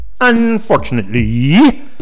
Unfortunately